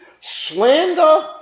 slander